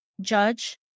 judge